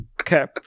Okay